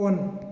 on